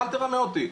עזוב אל תרמה אותי.